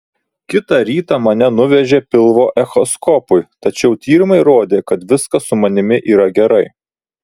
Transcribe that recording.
kitą rytą mane nuvežė pilvo echoskopui tačiau tyrimai rodė kad viskas su manimi yra gerai